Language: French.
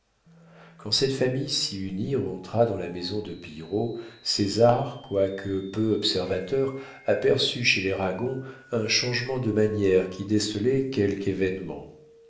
quand cette famille si unie rentra dans la maison de pillerault césar quoique peu observateur aperçut chez les ragon un changement de manières qui décelait quelque événement